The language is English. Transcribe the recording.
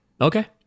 okay